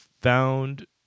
found